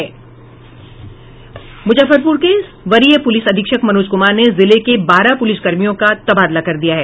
मुजफ्फरपुर के वरीय पुलिस अधीक्षक मनोज कुमार ने जिले के बारह प्रलिसकर्मियों को तबादला कर दिया है